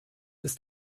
ist